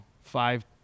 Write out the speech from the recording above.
five